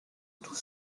tout